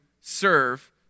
serve